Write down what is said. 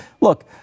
Look